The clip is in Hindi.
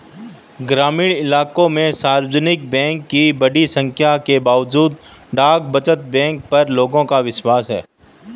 ग्रामीण इलाकों में सार्वजनिक बैंक की बड़ी संख्या के बावजूद डाक बचत बैंक पर लोगों का विश्वास है